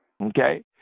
Okay